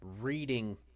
reading